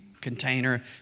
container